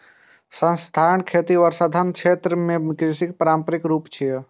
स्थानांतरण खेती वर्षावन क्षेत्र मे कृषिक पारंपरिक रूप छियै